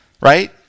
right